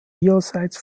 ihrerseits